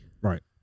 Right